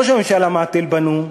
ראש הממשלה מהתל בנו,